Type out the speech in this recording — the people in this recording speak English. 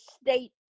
state